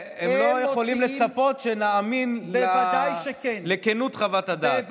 הם לא יכולים לצפות שנאמין לכנות חוות הדעת.